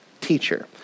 teacher